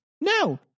no